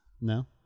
No